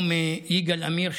או מיגאל עמיר,